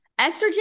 estrogen